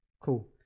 Cool